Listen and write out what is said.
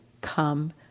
come